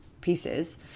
pieces